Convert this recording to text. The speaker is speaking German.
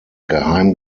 geheim